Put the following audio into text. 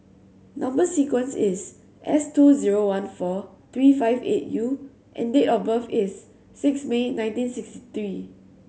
number sequence is S two zero one four three five eight U and date of birth is six May nineteen sixty three